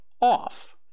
off